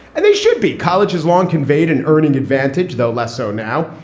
and they should be. college is long conveyed an earning advantage, though less so now.